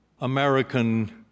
American